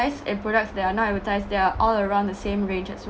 and products that are not advertised they are all around the same range as